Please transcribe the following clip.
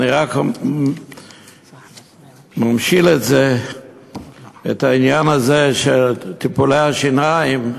אני רק ממשיל את העניין הזה, של טיפולי השיניים,